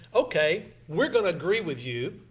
ok, we are going to agree with you.